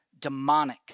demonic